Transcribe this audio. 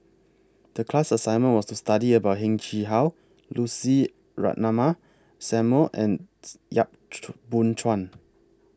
The class assignment was to study about Heng Chee How Lucy Ratnammah Samuel and Yap Boon Chuan